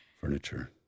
furniture